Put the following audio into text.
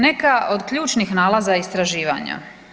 Neka od ključnih nalaza istraživanja.